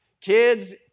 Kids